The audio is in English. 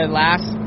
last